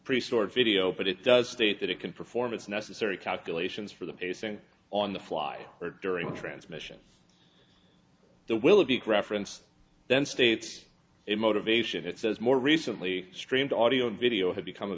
priest or video but it does state that it can perform its necessary calculations for the pacing on the fly or during transmission the will of the reference then states it motivation it says more recently streamed audio and video have become